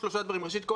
ראשית,